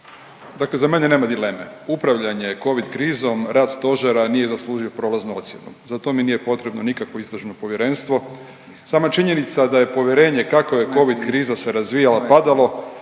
dakle za mene nema dileme. Upravljanje Covid krizom, rad stožera nije zaslužio prolaznu ocjenu. Za to mi nije potrebno nikakvo istražno povjerenstvo, sama činjenica da je povjerenje kako je Covid kriza se razvijala padalo,